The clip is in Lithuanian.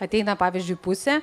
ateina pavyzdžiui pusė